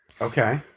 Okay